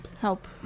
help